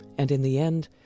and, in the end,